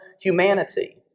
humanity